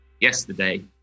yesterday